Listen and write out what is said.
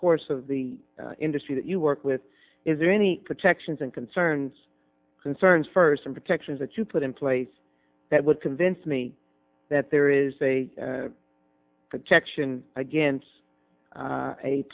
course of the industry that you work with is there any protections and concerns concerns first and protections that you put in place that would convince me that there is a protection against